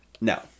no